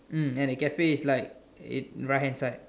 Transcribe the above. mm and the cafe is like it right hand side